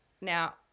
Now